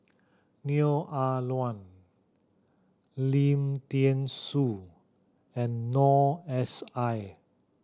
Neo Ah Luan Lim Thean Soo and Noor S I